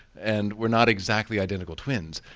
and we're not exactly identical twins.